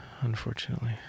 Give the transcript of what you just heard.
Unfortunately